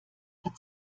hat